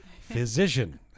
Physician